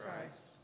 Christ